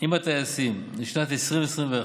עם הטייסים לשנת 2021,